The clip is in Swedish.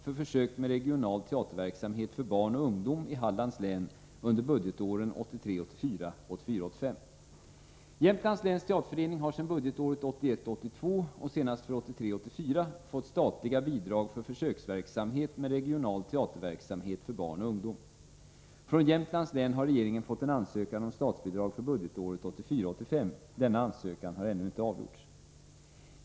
för försök med regional teaterverksamhet för barn och ungdom i Hallands län under budgetåren 1983 85. Jämtlands läns teaterförening har sedan budgetåret 1981 84 fått statliga bidrag för försöksverksamhet med regional teaterverksamhet för barn och ungdom. Från Jämtlands län har regeringen fått en ansökan om statsbidrag för budgetåret 1984/85. Denna ansökan har ännu inte avgjorts.